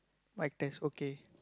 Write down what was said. mic test okay